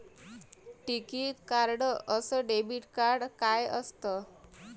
टिकीत कार्ड अस debit card काय असत?